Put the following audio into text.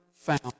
found